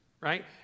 right